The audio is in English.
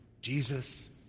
Jesus